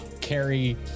carry